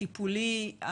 הטיפולי,